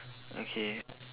okay